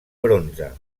bronze